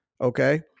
okay